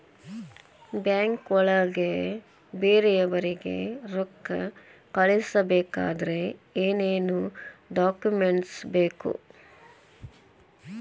ಬ್ಯಾಂಕ್ನೊಳಗ ಬೇರೆಯವರಿಗೆ ರೊಕ್ಕ ಕಳಿಸಬೇಕಾದರೆ ಏನೇನ್ ಡಾಕುಮೆಂಟ್ಸ್ ಬೇಕು?